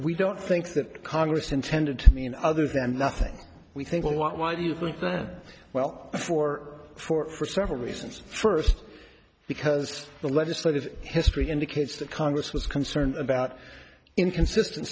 we don't think that congress intended to mean other than nothing we think well what why do you think then well for for several reasons first because the legislative history indicates that congress was concerned about inconsistent